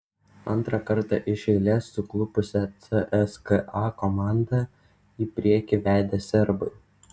antrą kartą iš eilės suklupusią cska komandą į priekį vedė serbai